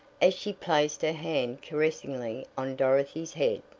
as she placed her hand caressingly on dorothy's head.